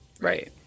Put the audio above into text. Right